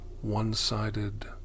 one-sided